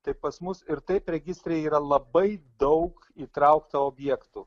tai pas mus ir taip registre yra labai daug įtraukta objektų